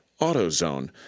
AutoZone